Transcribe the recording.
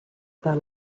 par